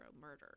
murder